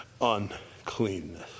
uncleanness